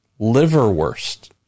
liverwurst